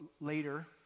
later